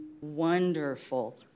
wonderful